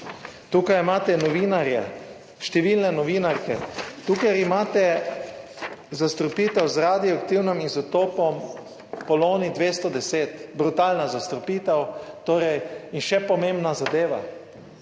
Tukaj imate novinarje, številne novinarke. Tukaj imate zastrupitev z radioaktivnim izotopom Polonij 210, brutalna zastrupitev. In še pomembna zadeva,